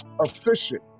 efficient